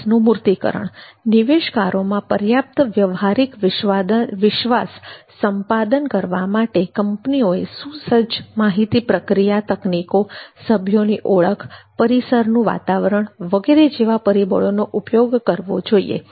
PMSનુ મૂર્તીકરણ નિવેશકારોમાં પર્યાપ્ત વ્યાવહારિક વિશ્વાસ સંપાદન કરવા માટે કંપનીઓએ સુસજ્જ માહિતી પ્રક્રિયા તકનીકો સભ્યોની ઓળખ પરિસરનુ વાતાવરણ વગેરે જેવા પરિબળોનો ઉપયોગ કરવો જોઈએ